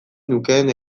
nukeen